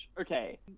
okay